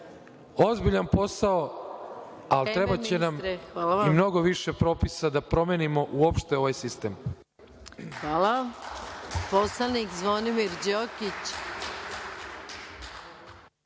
Ozbiljan posao, ali trebaće nam i mnogo više propisa da promenimo uopšte ovaj sistem. **Maja Gojković** Hvala. Poslanik Zvonimir Đokić